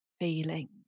feeling